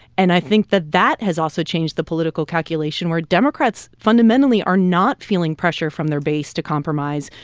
and i think that that has also changed the political calculation, where democrats fundamentally are not feeling pressure from their base to compromise.